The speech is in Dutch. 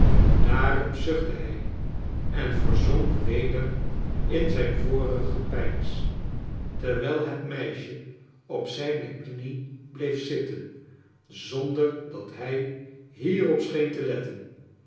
daarop zuchtte hij en verzonk weder in zijn vorig gepeins terwijl het meisje op zijne knie bleef zitten zonder dat hij hierop scheen te letten